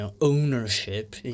ownership